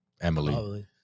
Emily